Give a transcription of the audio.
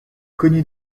connue